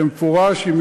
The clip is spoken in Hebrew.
במפורש, עם